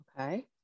Okay